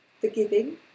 forgiving